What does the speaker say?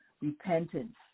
repentance